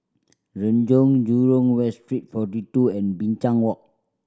Renjong Jurong West Street Forty Two and Binchang Walk